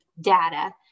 data